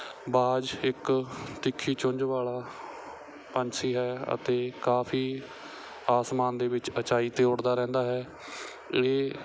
ਬਾਜ ਇੱਕ ਤਿੱਖੀ ਚੁੰਝ ਵਾਲਾ ਪੰਛੀ ਹੈ ਅਤੇ ਕਾਫੀ ਆਸਮਾਨ ਦੇ ਵਿੱਚ ਉਚਾਈ 'ਤੇ ਉੱਡਦਾ ਰਹਿੰਦਾ ਹੈ ਇਹ